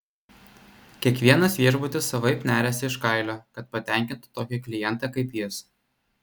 kiekvienas viešbutis savaip neriasi iš kailio kad patenkintų tokį klientą kaip jis